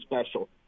special